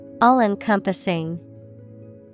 All-encompassing